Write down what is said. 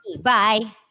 bye